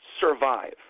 survive